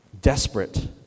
desperate